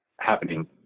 happening